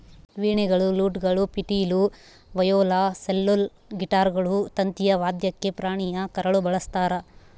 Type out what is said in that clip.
ವೀಣೆಗಳು ಲೂಟ್ಗಳು ಪಿಟೀಲು ವಯೋಲಾ ಸೆಲ್ಲೋಲ್ ಗಿಟಾರ್ಗಳು ತಂತಿಯ ವಾದ್ಯಕ್ಕೆ ಪ್ರಾಣಿಯ ಕರಳು ಬಳಸ್ತಾರ